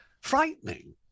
frightening